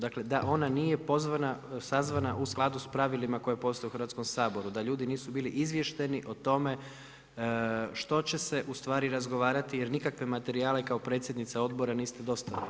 Dakle, da ona nije sazvana u skladu sa pravilima koje postoje u Hrvatskom saboru, da ljudi nisu bili izvješteni o tome što će se ustvari razgovarati jer nikakve materijale kao predsjednica odbora niste dostavili.